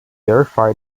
verify